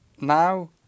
now